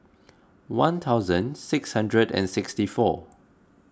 one thousand six hundred and sixty four